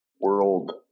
world